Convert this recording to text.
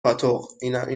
پاتق